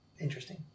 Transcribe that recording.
interesting